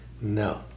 No